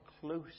close